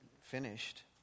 finished